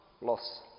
loss